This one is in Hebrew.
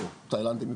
תאילנדים מפה.